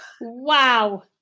Wow